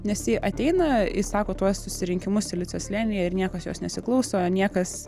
nes ji ateina ji sako tuos susirinkimus silicio slėnyje ir niekas jos nesiklauso niekas